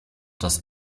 das